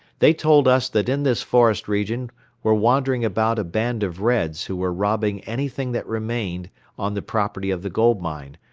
they told us that in this forest region were wandering about a band of reds who were robbing anything that remained on the property of the gold mine,